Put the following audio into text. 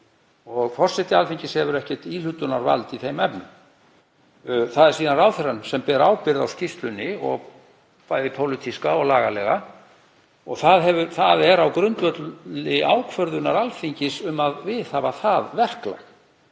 Forseti Alþingis hefur ekkert íhlutunarvald í þeim efnum. Það er síðan ráðherrann sem ber ábyrgð á skýrslunni, bæði pólitíska og lagalega. Það er á grundvelli ákvörðunar Alþingis um að viðhafa það verklag.